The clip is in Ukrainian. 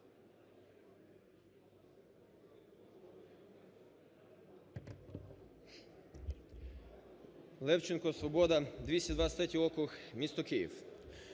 Левченко, "Свобода", 223-й округ, місто Київ.